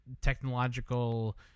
technological